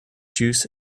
juice